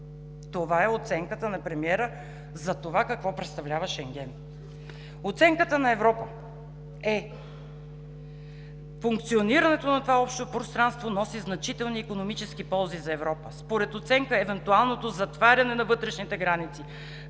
Това е оценката на премиера какво представлява Шенген. Оценката на Европа е: „функционирането на това общо пространство носи значителни икономически ползи за Европа“. Според оценката евентуалното затваряне на вътрешните граници